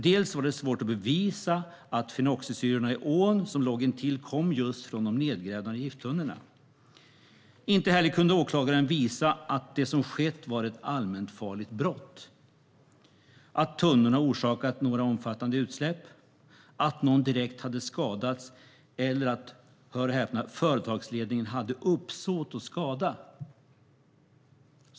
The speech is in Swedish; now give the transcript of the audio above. Dels var det svårt att bevisa att fenoxisyrorna i ån som låg intill kom just från de nedgrävda gifttunnorna, dels kunde inte heller åklagaren visa att det som skett var ett allmänfarligt brott, det vill säga att tunnorna orsakat några omfattande utsläpp, att någon direkt hade skadats eller att - hör och häpna - företagsledningen hade uppsåt att skada.